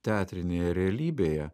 teatrinėje realybėje